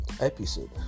episode